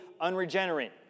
unregenerate